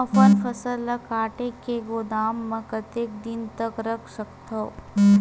अपन फसल ल काट के गोदाम म कतेक दिन तक रख सकथव?